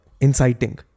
inciting